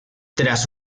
tras